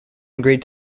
agreed